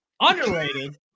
Underrated